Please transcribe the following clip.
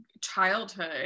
childhood